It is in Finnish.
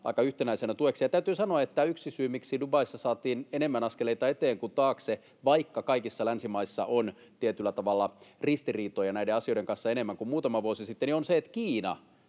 aika yhtenäisenä tuekseen. Täytyy sanoa, että yksi syy, miksi Dubaissa saatiin enemmän askeleita eteen kuin taakse — vaikka kaikissa länsimaissa on tietyllä tavalla ristiriitoja näiden asioiden kanssa enemmän kuin muutama vuosi sitten — on se, että Kiina